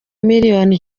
miliyoni